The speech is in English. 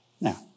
Now